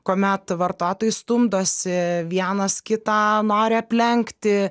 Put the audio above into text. kuomet vartotojai stumdosi vienas kitą nori aplenkti